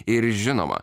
ir žinoma